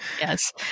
yes